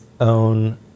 own